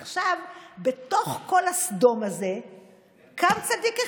עכשיו, בתוך כל הסדום הזה קם צדיק אחד.